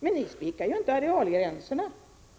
Men ni spikar ju inte arealgränserna,